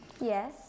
Yes